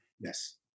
yes